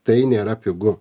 tai nėra pigu